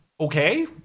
okay